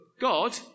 God